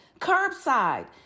Curbside